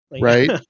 right